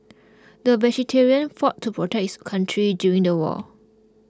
the veteran fought to protect his country during the war